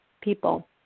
people